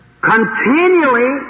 continually